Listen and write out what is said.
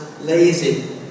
lazy